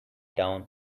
down